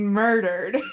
murdered